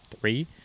three